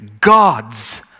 God's